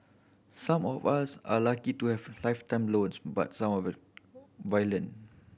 some of us are lucky to have lifetime loans but some of violin